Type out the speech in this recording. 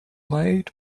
laid